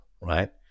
right